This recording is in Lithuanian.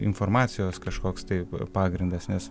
informacijos kažkoks tai pagrindas nes